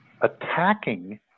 attacking